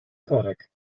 korek